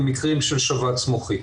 במקרים של שבץ מוחי.